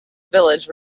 village